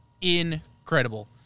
incredible